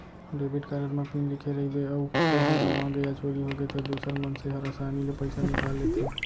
debit card म pin लिखे रइबे अउ ओहर गँवागे या चोरी होगे त दूसर मनसे हर आसानी ले पइसा निकाल लेथें